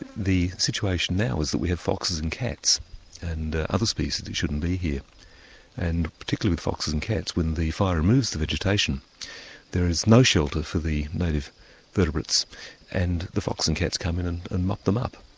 the the situation now is that we have foxes and cats and other species that shouldn't be here and particularly with foxes and cats when the fire removes the vegetation there is no shelter for the native vertebrates and the foxes and cats come in and and knock them up.